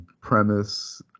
premise